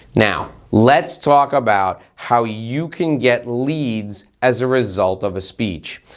now let's talk about how you can get leads as a result of a speech.